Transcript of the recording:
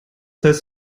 heißt